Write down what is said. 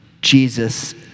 Jesus